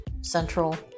Central